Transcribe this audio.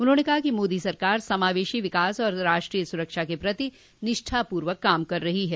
उन्होंने कहा कि मोदी सरकार समावेशी विकास और राष्ट्रीय सुरक्षा के प्रति निष्ठापूर्वक काम कर रही है